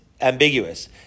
ambiguous